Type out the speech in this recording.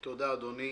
תודה, אדוני.